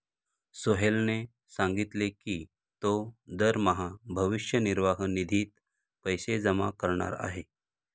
सोहेलने सांगितले की तो दरमहा भविष्य निर्वाह निधीत पैसे जमा करणार आहे